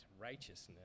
righteousness